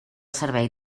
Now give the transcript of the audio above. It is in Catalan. servei